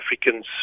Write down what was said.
Africans